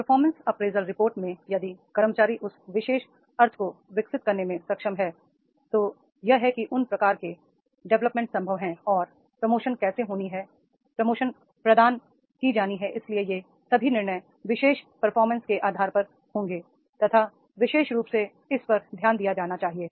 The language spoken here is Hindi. परफॉर्मेंस अप्रेजल रिपोर्ट में यदि कर्मचारी उस विशेष अर्थ को विकसित करने में सक्षम है तो यह है कि इन प्रकार के डेवलपमेंट संभव है और प्रमोशन कैसे होनी है प्रमोशन प्रदान की जानी है इसलिए ये सभी निर्णय विशेष परफॉर्मेंस के आधार पर होंगे तथा विशेष रूप से इस पर ध्यान दिया जाना चाहिए